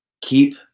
keep